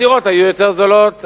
הדירות היו יותר זולות,